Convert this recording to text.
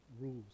rules